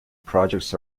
projects